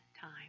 time